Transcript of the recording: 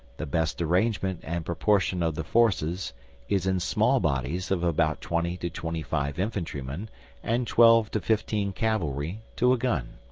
the best arrangement and proportion of the forces is in small bodies of about twenty to twenty five infantry-men and twelve to fifteen cavalry to a gun.